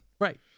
Right